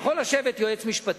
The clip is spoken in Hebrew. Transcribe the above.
יכול לשבת יועץ משפטי,